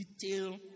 detail